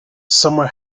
summer